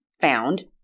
found